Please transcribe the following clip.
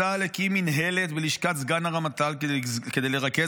צה"ל הקים מינהלת בלשכת סגן הרמטכ"ל כדי לרכז